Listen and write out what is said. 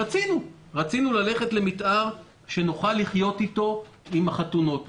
רצינו ללכת למתאר שנוכל לחיות איתו עם החתונות.